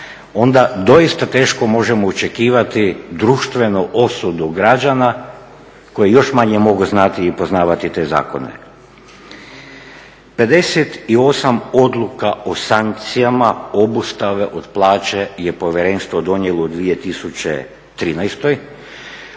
onda doista teško možemo očekivati društvenu osudu građana koji još manje mogu znati i poznavati te zakone. 58 odluka o sankcijama obustave od plaće je povjerenstvo donijelo u 2013.,